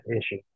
issue